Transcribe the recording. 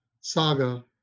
saga